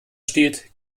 stiehlt